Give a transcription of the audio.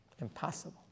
impossible